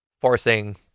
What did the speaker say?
Forcing